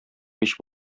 мич